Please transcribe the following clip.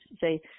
say